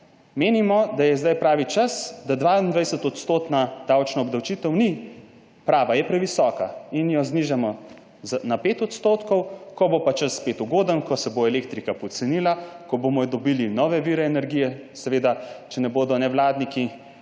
Menimo, da je zdaj pravi čas, da 22-odstotna davčna obdavčitev ni prava, je previsoka, in jo znižano na 5 %. Ko bo pa čas spet ugoden, ko se bo elektrika pocenila, ko bomo dobili nove vire energije, seveda če ne bodo nevladniki,